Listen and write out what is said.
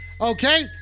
okay